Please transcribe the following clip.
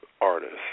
artist